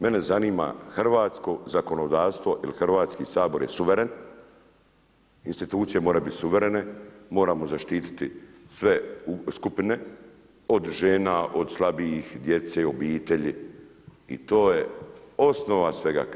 Mene zanima hrvatsko zakonodavstvo jel Hrvatski sabor je suveren, institucije moraju biti suverene, moramo zaštiti sve skupine od žena od slabijih, djece, obitelji i to je osnova svega.